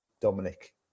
dominic